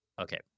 okay